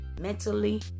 mentally